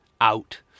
Out